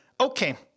Okay